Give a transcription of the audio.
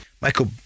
Michael